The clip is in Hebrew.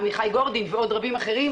עמיחי גורדין ועוד רבים אחרים,